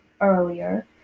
Earlier